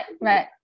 right